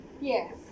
Yes